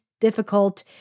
difficult